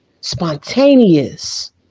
spontaneous